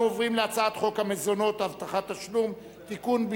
אנחנו ממשיכים בסדר-היום: הצעת חוק המזונות (הבטחת תשלום) (תיקון,